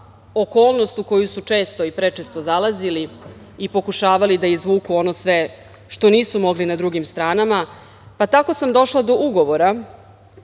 okolnost u koju su često i prečesto zalazili i pokušavali da izvuku ono sve što nisu mogli na drugim stranama, pa, tako sam došla do ugovora